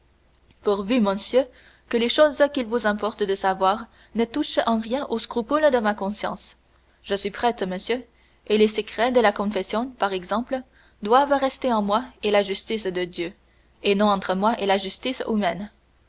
pourvu monsieur que les choses qu'il vous importe de savoir ne touchent en rien aux scrupules de ma conscience je suis prêtre monsieur et les secrets de la confession par exemple doivent rester entre moi et la justice de dieu et non entre moi et la justice humaine